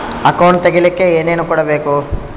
Account ತೆಗಿಲಿಕ್ಕೆ ಏನೇನು ಕೊಡಬೇಕು?